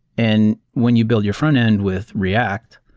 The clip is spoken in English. and when you build your frontend with react,